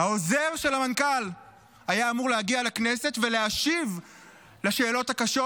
העוזר של המנכ"ל היה אמור להגיע לכנסת ולהשיב על השאלות הקשות,